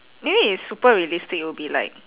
maybe if super realistic it'll be like